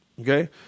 okay